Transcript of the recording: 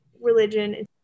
religion